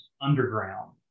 underground